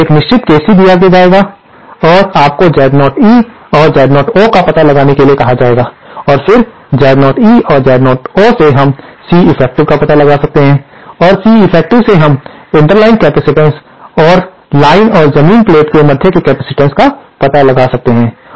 आपको एक निश्चित KC दिया जाएगा और आपको Z0 E और Z0 O का पता लगाने के लिए कहा जाएगा और फिर Z0 E और Z0 O से हम C effective क पता लगा सकते हैं और C effective से हम इंटरलाइन कैपेसिटेंस और लाइन और जमीन प्लेन के मध्य के कैपेसिटेंस का पता लगा सकते हैं